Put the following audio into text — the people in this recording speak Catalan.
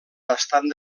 bastant